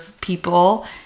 people